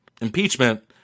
impeachment